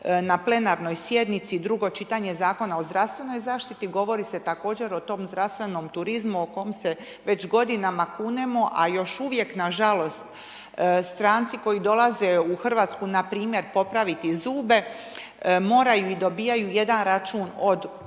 na plenarnoj sjednici drugo čitanje Zakona o zdravstvenoj zaštiti govori se također o tom zdravstvenom turizmu o kom se već godinama kunemo a još uvijek na žalost stranci koji dolaze u Hrvatsku npr. popraviti zube moraju i dobijaju jedan račun od